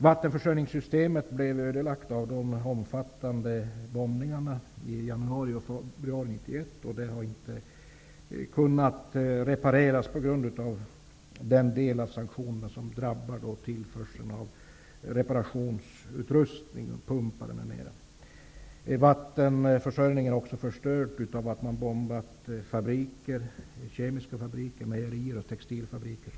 Vattenförsörjningssystemet blev ödelagt genom de omfattande bombningarna i januari och februari 1991. Det har inte gått att reparera på grund av den del av sanktionen som drabbar tillförseln av reparationsutrustning och pumpar m.m. Vattenförsörjningssystemet är också förstört genom att man har bombat kemiska fabriker, mejerier och textilfabriker.